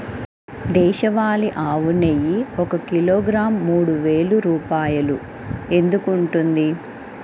దేశవాళీ ఆవు నెయ్యి ఒక కిలోగ్రాము మూడు వేలు రూపాయలు ఎందుకు ఉంటుంది?